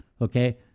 okay